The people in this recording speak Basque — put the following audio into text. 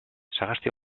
sagasti